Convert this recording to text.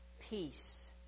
peace